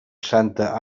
santa